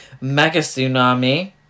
mega-tsunami